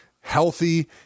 healthy